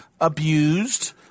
abused